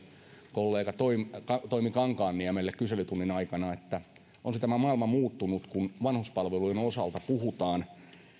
kollega toimi toimi kankaanniemelle kyselytunnin aikana on se tämä maailma muuttunut kun vanhuspalveluiden osalta puhutaan